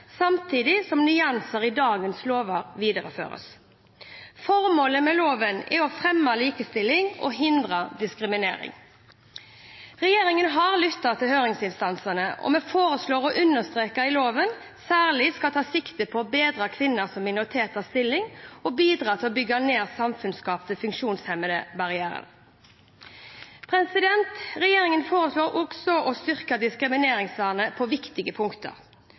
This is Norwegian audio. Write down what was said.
samtidig som nyanser i dagens lovverk videreføres. Formålet med loven er å fremme likestilling og hindre diskriminering. Regjeringen har lyttet til høringsinstansene, og vi foreslår å understreke at loven særlig skal ta sikte på å bedre kvinners og minoriteters stilling og bidra til å bygge ned samfunnsskapte funksjonshemmende barrierer. Regjeringen foreslår også å styrke diskrimineringsvernet på viktige punkter.